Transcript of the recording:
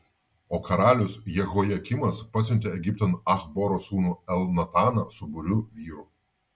o karalius jehojakimas pasiuntė egiptan achboro sūnų elnataną su būriu vyrų